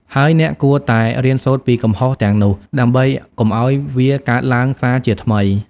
ហើយអ្នកគួរតែរៀនសូត្រពីកំហុសទាំងនោះ ដើម្បីកុំឱ្យវាកើតឡើងសាជាថ្មី។